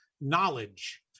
knowledge